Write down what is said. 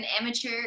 amateur